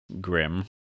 Grim